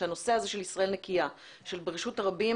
שהנושא הזה של ישראל נקייה ברשות הרבים